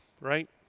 right